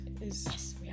Yes